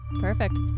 perfect